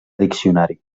diccionari